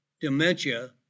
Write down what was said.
dementia